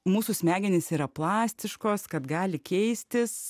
mūsų smegenys yra plastiškos kad gali keistis